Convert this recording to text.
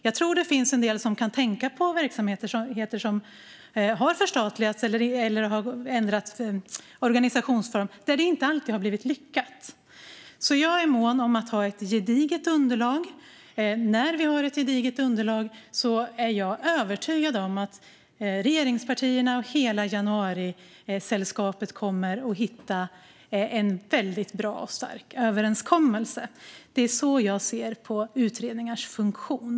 Jag tror att det finns en del som kan tänka på verksamheter som har förstatligats eller ändrat sin organisationsform där det inte alltid har blivit lyckat. Jag är därför mån om att ha ett gediget underlag. När vi har ett gediget underlag är jag övertygad om att regeringspartierna och hela januarisällskapet kommer att hitta en väldigt bra och stark överenskommelse. Det är så jag ser på utredningars funktion.